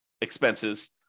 expenses